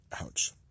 Ouch